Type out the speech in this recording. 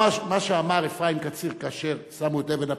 מה שאמר אפרים קציר כאשר שמו את אבן הפינה,